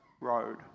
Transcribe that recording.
road